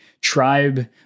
tribe